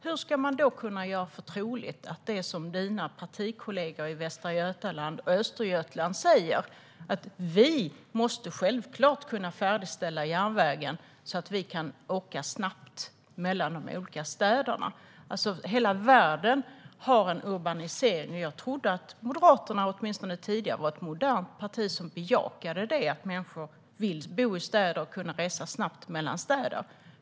Hur ska man då kunna hålla för troligt det som dina partikollegor i Västra Götaland och Östergötland säger - att vi självklart måste kunna färdigställa järnvägen så att vi kan åka snabbt mellan de olika städerna? Hela världen har en urbanisering, och jag trodde att Moderaterna - åtminstone tidigare - var ett modernt parti som bejakar att människor vill bo i städer och vill kunna resa snabbt mellan städer.